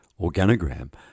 organogram